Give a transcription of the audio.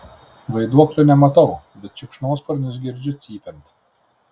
vaiduoklio nematau bet šikšnosparnius girdžiu cypiant